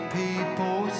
people